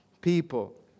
people